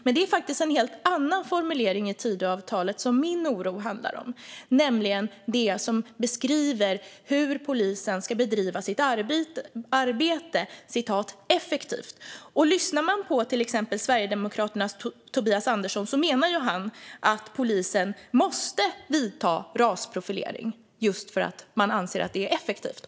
Men det är faktiskt en helt annan formulering i Tidöavtalet som min oro handlar om, nämligen det som beskriver hur polisen ska bedriva sitt arbete "effektivt". Lyssnar man på till exempel Sverigedemokraternas Tobias Andersson menar ju han att polisen måste vidta rasprofilering just för att man anser att det är effektivt.